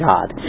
God